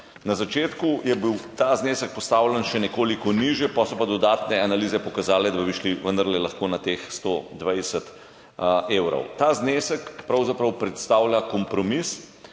Na začetku je bil ta znesek postavljen še nekoliko nižje, potem so pa dodatne analize pokazale, da bi šli vendarle lahko na teh 120 evrov. Ta znesek pravzaprav predstavlja kompromis